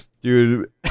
dude